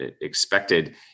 expected